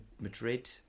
Madrid